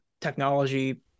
technology